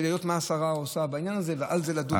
כדי לראות מה השרה עושה בעניין הזה ועל זה לדון.